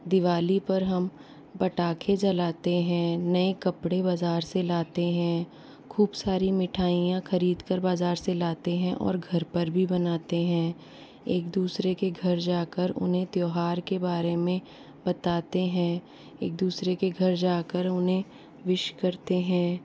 दिवाली पर हम पटाखे जलाते हैं नये कपड़े बज़ार से लाते हैं खूब सारी मिठाइयाँ खरीद कर बज़ार से लाते हैं और घर पर भी बनाते हैं एक दूसरे के घर जाकर उन्हें त्यौहार के बारे में बताते हैं एक दूसरे के घर जाकर उन्हें विश करते हैं